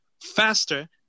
faster